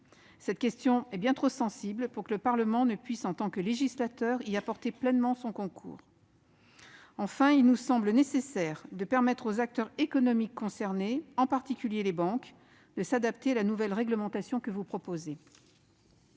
Cette question est bien trop sensible pour que le Parlement ne puisse, en tant que législateur, y apporter pleinement son concours. Enfin, il nous semble nécessaire de permettre aux acteurs économiques concernés, en particulier les banques, de s'adapter à cette nouvelle réglementation. L'entrée